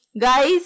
guys